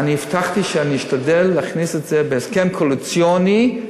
אני הבטחתי שאשתדל להכניס את זה בהסכם קואליציוני,